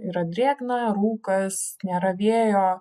yra drėgna rūkas nėra vėjo